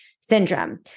syndrome